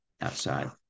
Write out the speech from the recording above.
outside